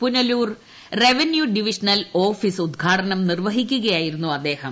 Punalur revenue divisional office ഉദ്ഘാടനം നിർവഹിക്കുകയായിരുന്നു അദ്ദേഹം